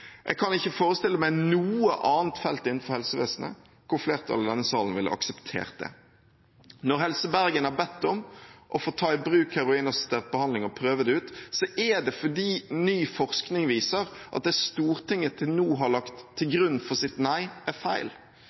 Jeg kan ikke forestille meg noe annet felt innenfor helsevesenet hvor flertallet i denne salen ville akseptert det. Når Helse Bergen har bedt om å få ta i bruk heroinassistert behandling og prøve det ut, er det fordi ny forskning viser at det Stortinget til nå har lagt til grunn for sitt nei, er feil.